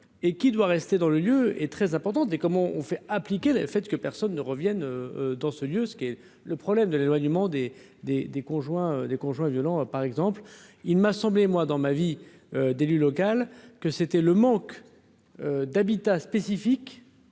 et qui doit rester dans le lieu est très importante, mais comment on fait appliquer le fait que personne ne revienne dans ce lieu, ce qui est le problème de l'éloignement des des des conjoints des conjoints violents par exemple, il m'a semblé moi dans ma vie d'élue locale, que c'était le manque d'habitats spécifiques